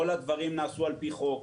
כל הדברים נעשו על פי חוק.